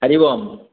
Hari Om